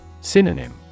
Synonym